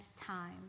time